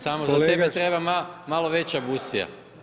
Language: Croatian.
Samo za tebe treba malo veća busija.